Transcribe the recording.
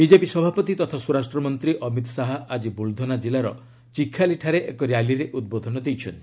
BJP ସଭାପତି ତଥା ସ୍ୱରାଷ୍ଟ୍ର ମନ୍ତ୍ରୀ ଅମିତ ଶାହା ଆଜି ବୁଲଧନା ଜିଲ୍ଲାର ଚିଖାଲିଠାରେ ଏକ ର୍ୟାଲିରେ ଉଦ୍ବୋଧନ ଦେଇଛନ୍ତି